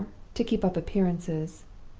to keep up appearances.